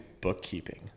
bookkeeping